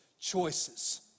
choices